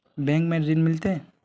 Bank में ऋण मिलते?